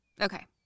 Okay